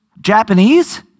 Japanese